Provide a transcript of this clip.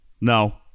No